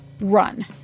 Run